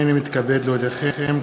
הנני מתכבד להודיעכם,